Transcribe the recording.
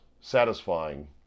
satisfying